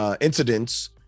incidents